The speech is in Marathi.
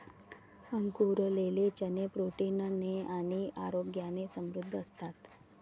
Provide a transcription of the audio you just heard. अंकुरलेले चणे प्रोटीन ने आणि आरोग्याने समृद्ध असतात